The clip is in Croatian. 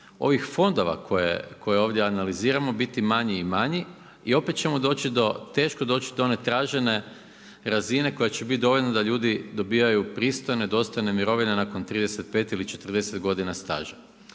ovih fondova koje ovdje analiziramo biti manji i manji i opet ćemo teško doći do one tražene razine koja će biti dovoljna da ljudi dobivaju pristojne, dostojne mirovine nakon 35 ili 40 godina staža.